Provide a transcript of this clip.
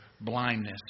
blindness